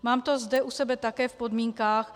Mám to zde u sebe také v podmínkách.